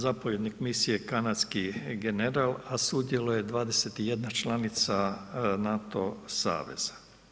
Zapovjednik misije je kanadski general a sudjeluje 21 članica NATO saveza.